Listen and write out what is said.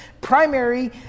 primary